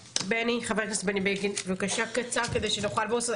חבר הכנסת בני בגין, בבקשה קצר, כדי שנוכל לעבור.